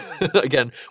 Again